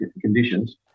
conditions